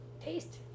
taste